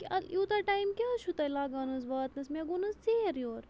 کیٛاہ اَد یوٗتاہ ٹایم کیٛازِ چھُو تۄہہِ لگان حظ واتنَس مےٚ گوٚو نہٕ حظ ژیر یورٕ